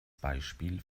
beispiel